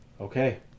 Okay